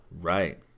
right